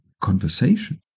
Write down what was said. conversation